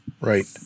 right